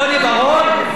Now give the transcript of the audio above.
לא שיבחתי,